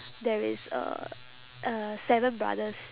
there is uh uh seven brothers